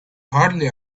hardly